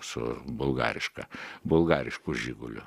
su bulgariška bulgarišku žiguliu